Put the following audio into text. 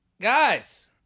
Guys